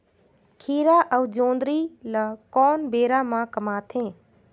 खीरा अउ जोंदरी ल कोन बेरा म कमाथे?